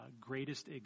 greatest